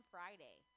Friday